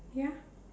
ya